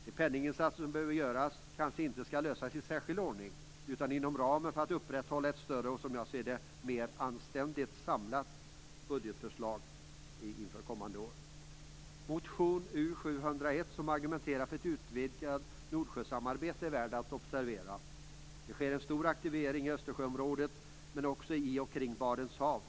De penninginsatser som behöver göras kanske inte skall lösas i särskild ordning, utan inom ramen för upprätthållandet av ett större och, som jag ser det, mera anständigt, samlat budgetförslag inför kommande år. Nordsjösamarbete. Detta är det värt att observera. Det sker ju en stor aktivering i Östersjöområdet samt i och kring Barents hav.